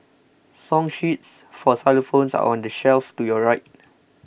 song sheets for xylophones are on the shelf to your right